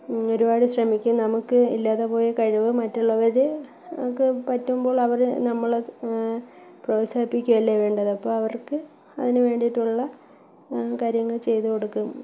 ഒരുപാട് ശ്രമിക്കും നമുക്ക് ഇല്ലാതപോയ കഴിവ് മറ്റുള്ളവര് ക്ക് പറ്റുമ്പോൾ അവരെ നമ്മള് പ്രോത്സാഹിപ്പിക്കുകയല്ലേ വേണ്ടത് അപ്പോള് അവർക്ക് അതിന് വേണ്ടിയിട്ടുള്ള കാര്യങ്ങൾ ചെയ്തു കൊടുക്കും